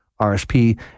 RSP